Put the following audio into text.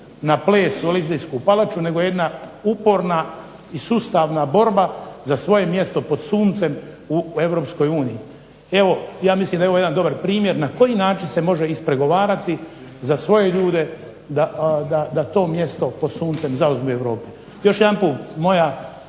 na ples u Elizejsku palaču nego jedna uporna i sustavna borba za svoje mjesto pod suncem u Europskoj uniji. Evo ja mislim da je ovo jedan dobar primjer na koji način se može ispregovarati za svoje ljude da to mjesto pod suncem zauzmu u Europi. Još jedanput moja